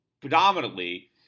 predominantly